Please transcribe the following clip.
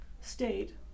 state